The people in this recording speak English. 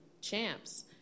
Champs